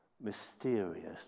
mysterious